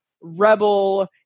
rebel